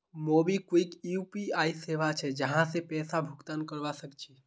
MobiKwik UPI सेवा छे जहासे पैसा भुगतान करवा सक छी